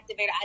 activator